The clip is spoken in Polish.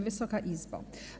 Wysoka Izbo!